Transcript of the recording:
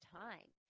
time